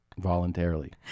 voluntarily